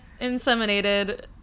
inseminated